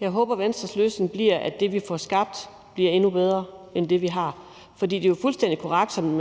Jeg håber, at Venstres løsning bliver, at det, vi får skabt, bliver endnu bedre end det, vi har. For det er jo fuldstændig korrekt, som